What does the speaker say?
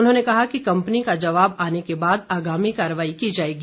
उन्होंने कहा कि कम्पनी का जवाब आने के बाद आगामी कार्रवाई की जाएगी